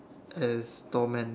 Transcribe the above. as doorman